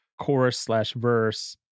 chorus-slash-verse